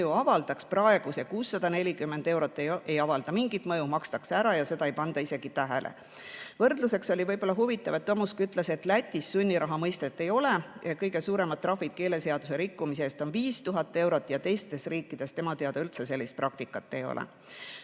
mõju avaldaks. Praegu see 640 eurot ei avalda mingit mõju, makstakse ära ja seda ei panda isegi tähele. Võrdluseks oli võib-olla huvitav, et Tomusk ütles, et Lätis sunniraha mõistet ei ole. Kõige suuremad trahvid keeleseaduse rikkumise eest on 5000 eurot. Teistes riikides tema teada üldse sellist praktikat ei ole.